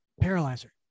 Paralyzer